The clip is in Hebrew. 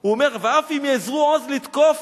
הוא אומר: "ואף אם יאזרו עוז לתקוף,